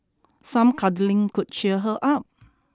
some cuddling could cheer her up